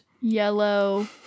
yellow